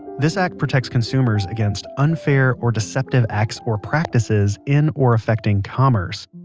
this act protects consumers against unfair or deceptive acts or practices in or affecting commerce.